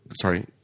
sorry